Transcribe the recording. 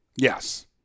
yes